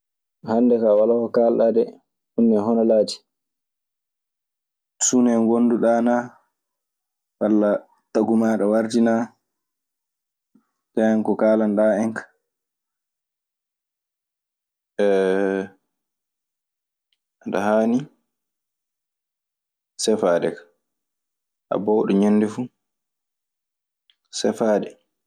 "Hannde kaa, walaa ko kaalɗaa dee. Ɗun ne hono laati?"